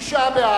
בממשלה לא נתקבלה.